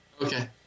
Okay